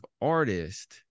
artist